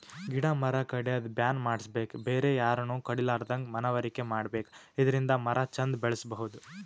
ಗಿಡ ಮರ ಕಡ್ಯದ್ ಬ್ಯಾನ್ ಮಾಡ್ಸಬೇಕ್ ಬೇರೆ ಯಾರನು ಕಡಿಲಾರದಂಗ್ ಮನವರಿಕೆ ಮಾಡ್ಬೇಕ್ ಇದರಿಂದ ಮರ ಚಂದ್ ಬೆಳಸಬಹುದ್